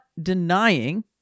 denying